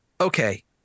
okay